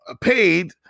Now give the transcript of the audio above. paid